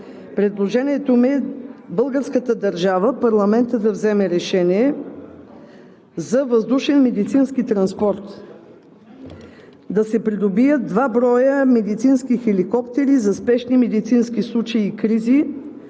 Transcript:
предложението ми е българската държава, парламентът да вземе решение за въздушен медицински транспорт. Да се придобият два броя медицински хеликоптера за спешни медицински случаи и кризи,